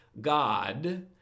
God